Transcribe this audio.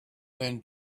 then